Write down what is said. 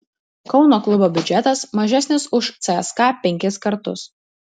kauno klubo biudžetas mažesnis už cska penkis kartus